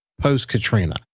post-Katrina